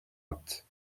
hâte